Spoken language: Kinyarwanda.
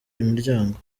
imiryango